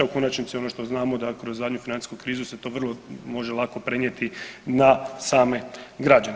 U konačnici ono što znamo da kroz zadnju financijsku krizu se to vrlo može lako prenijeti na same građane.